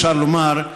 אפשר לומר,